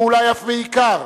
ואולי אף ועיקר,